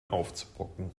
aufzubocken